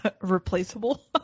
replaceable